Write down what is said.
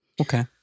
Okay